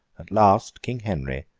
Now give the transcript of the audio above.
at last king henry,